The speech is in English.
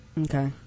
Okay